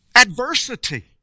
adversity